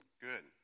Good